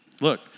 Look